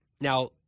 Now